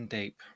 deep